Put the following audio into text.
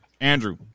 Andrew